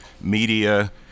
media